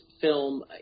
film